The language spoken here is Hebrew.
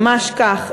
ממש כך,